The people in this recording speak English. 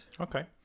Okay